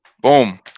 Boom